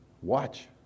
watch